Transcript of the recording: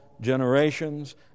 generations